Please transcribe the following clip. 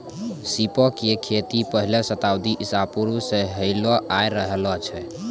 सीपो के खेती पहिले शताब्दी ईसा पूर्वो से होलो आय रहलो छै